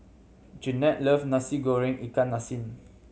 Jennette love Nasi Goreng ikan masin